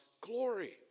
glory